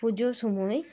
ᱯᱩᱡᱳ ᱥᱳᱢᱚᱭ